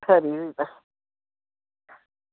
खरी भी तां